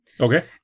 Okay